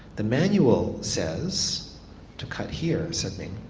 the manual says to cut here said ming.